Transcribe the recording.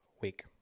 week